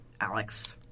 Alex